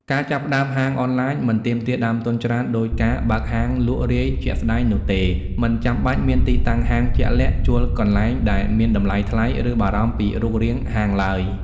ការចាប់ផ្តើមហាងអនឡាញមិនទាមទារដើមទុនច្រើនដូចការបើកហាងលក់រាយជាក់ស្តែងនោះទេ មិនចាំបាច់មានទីតាំងហាងជាក់លាក់ ជួលកន្លែងដែលមានតម្លៃថ្លៃ ឬបារម្ភពីរូបរាងហាងឡើយ។